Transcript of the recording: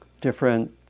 different